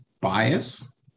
bias